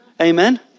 Amen